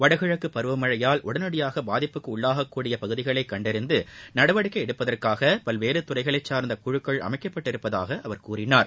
வடகிழக்கு பருவமழையால் உடனடியாக பாதிப்புக்கு உள்ளாகக்கூடிய பகுதிகள் கண்டறிந்து நடவடிக்கை எடுப்பதற்காக பல்வேறு துறைகளைச் சார்ந்த குழுக்கள் அமைக்கப்பட்டுள்ளதாக அவர் கூறினார்